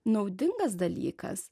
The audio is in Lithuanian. naudingas dalykas